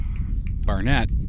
Barnett